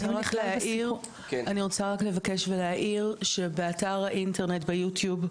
אני רוצה רק לבקש ולהעיר שבאתר האינטרנט ביוטיוב,